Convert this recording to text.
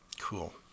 Cool